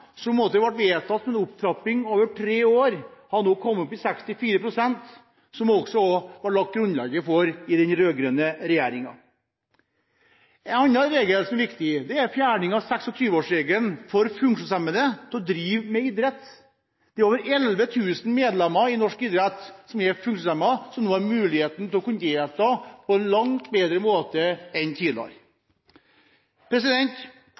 Og spillemiddelordningen, der det også ble vedtatt en opptrapping over tre år, har nå kommet opp i 64 pst. – det ble det også lagt grunnlaget for i den rød-grønne regjeringen. Noe annet som er viktig, er fjerning av 26-årsregelen for funksjonshemmede, slik at de kan drive med idrett. Det er over 11 000 medlemmer i norske idrettslag som er funksjonshemmede, som nå har muligheten til å kunne delta på en langt bedre måte enn